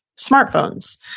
smartphones